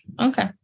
Okay